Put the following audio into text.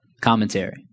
Commentary